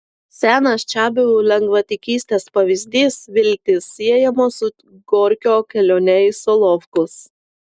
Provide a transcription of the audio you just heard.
senas čiabuvių lengvatikystės pavyzdys viltys siejamos su gorkio kelione į solovkus